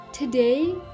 Today